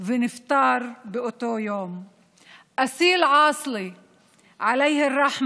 אותו אדם שהרס כל